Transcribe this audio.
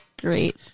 Great